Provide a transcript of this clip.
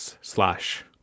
slash